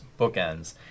bookends